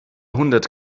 hundert